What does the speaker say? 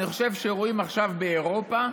אני חושב שרואים עכשיו באירופה,